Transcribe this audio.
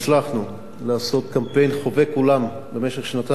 לעשות קמפיין חובק עולם במשך שנתיים ימים